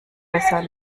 besser